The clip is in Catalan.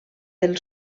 del